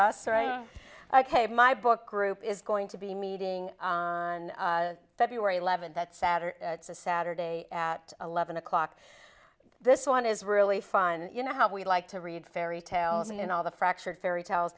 us right ok my book group is going to be meeting on february eleventh that saturday saturday at eleven o'clock this one is really fun and you know how we like to read fairy tales and all the fractured fairy tales